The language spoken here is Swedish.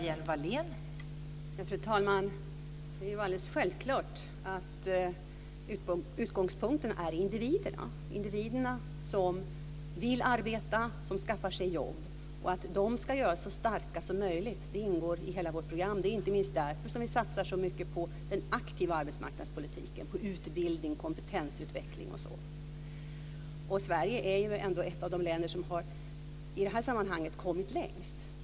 Fru talman! Det är alldeles självklart att utgångspunkten är individerna. Det är individerna som vill arbeta och som skaffar sig jobb. Att de ska göras så starka som möjligt ingår i hela vårt program. Det är inte minst därför som vi satsar så mycket på den aktiva arbetsmarknadspolitiken, utbildning, kompetensutveckling osv. Sverige är ett av de länder som har kommit längst i det här sammanhanget.